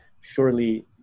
surely